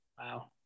Wow